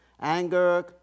anger